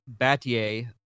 Battier